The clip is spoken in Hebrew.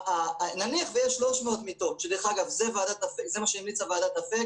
נניח שיש 300 מיטות, שזה מה שהמליצה ועדת אפק